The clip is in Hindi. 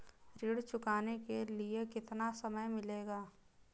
ऋण चुकाने के लिए कितना समय मिलेगा?